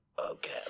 Okay